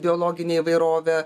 biologinę įvairovę